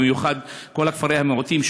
במיוחד כל כפרי המיעוטים,